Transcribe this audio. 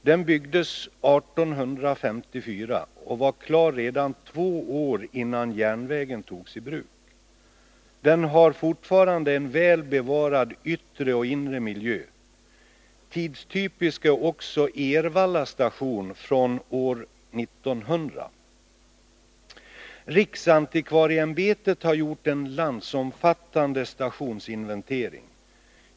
Den byggdes 1854 och var klar redan två år innan järnvägen togs i bruk. Den har fortfarande en väl bevarad yttre och inre miljö. Tidstypisk är också Ervalla station från år 1900. Riksantikvarieämbetet har gjort en landsomfattande stationsinventering.